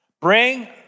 bring